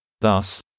Thus